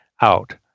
out